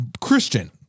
Christian